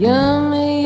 Yummy